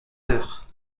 heures